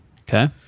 Okay